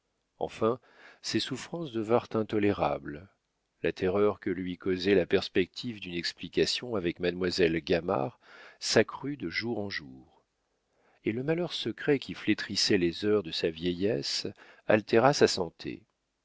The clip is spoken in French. enfin ses souffrances devinrent intolérables la terreur que lui causait la perspective d'une explication avec mademoiselle gamard s'accrut de jour en jour et le malheur secret qui flétrissait les heures de sa vieillesse altéra sa santé